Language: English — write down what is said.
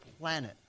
planet